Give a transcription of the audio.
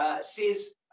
says